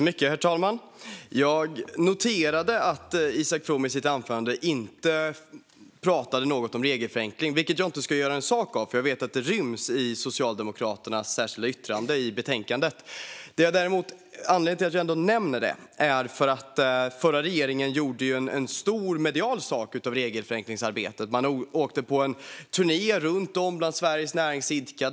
Herr talman! Jag noterade att Isak From i sitt anförande inte pratade något om regelförenkling, vilket jag inte ska göra en sak av, för jag vet att det ryms i Socialdemokraternas särskilda yttrande i betänkandet. Anledningen till att jag ändå nämner detta är att den förra regeringen gjorde en stor medial sak av regelförenklingsarbetet. Man åkte på en turné bland Sveriges näringsidkare.